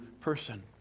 person